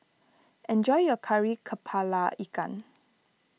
enjoy your Kari Kepala Ikan